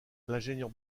l’ingénieur